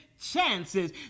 chances